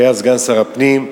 שהיה סגן שר הפנים,